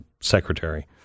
Secretary